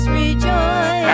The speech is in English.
rejoice